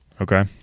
Okay